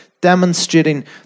demonstrating